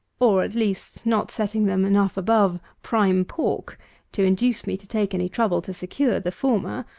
or at least not setting them enough above prime pork to induce me to take any trouble to secure the former,